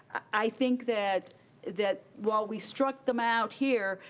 i think that that while we struck them out here,